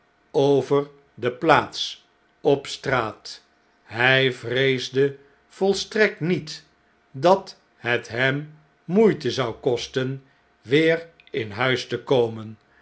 over de plaats op straat hij vreesde volstrekt niet dat het hem moeite zou kosten weer in huis te komen